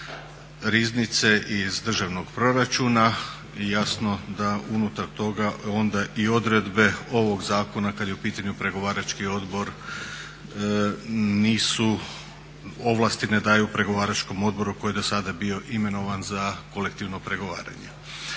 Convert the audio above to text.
Riznice i iz državnog proračuna i jasno da unutar toga onda i odredbe ovog zakona kad je u pitanju pregovarački odbor nisu, ovlasti ne daju pregovaračkom odboru koji je do sada bio imenovan za kolektivno pregovaranje.